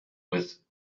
with